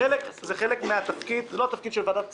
זה לא התפקיד של ועדת הכספים.